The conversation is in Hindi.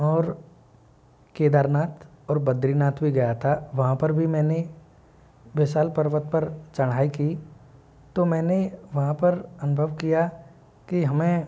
और केदारनाथ और बद्रीनाथ भी गया था वहाँ पर भी मैंने विशाल पर्वत पर चढ़ाई की तो मैंने वहाँ पर अनुभव किया कि हमें